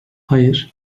hayır